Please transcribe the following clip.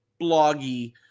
bloggy